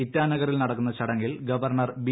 ഇറ്റാനഗറിൽ നടക്കുന്ന ചടങ്ങിൽ governor B